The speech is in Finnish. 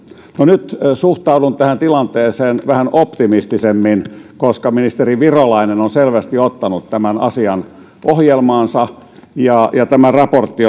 no nyt suhtaudun tähän tilanteeseen vähän optimistisemmin koska ministeri virolainen on selvästi ottanut tämän asian ohjelmaansa ja tämä raportti